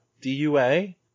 D-U-A